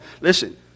Listen